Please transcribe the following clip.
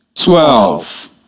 Twelve